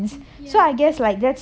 ya